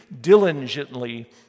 diligently